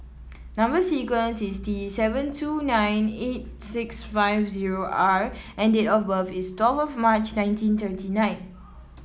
number sequence is T seven two nine eight six five zero R and date of birth is twelve of March nineteen thirty nine